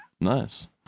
Nice